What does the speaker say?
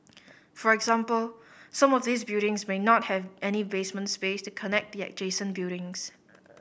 for example some of these buildings may not have any basement space to connect the adjacent buildings